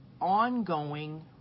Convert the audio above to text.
ongoing